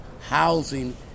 housing